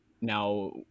now